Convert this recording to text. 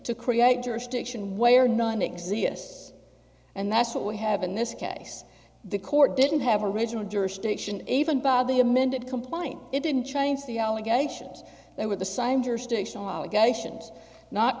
to create jurisdiction way or none exists and that's what we have in this case the court didn't have original jurisdiction even by the amended complaint it didn't change the allegations that were the